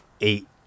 eight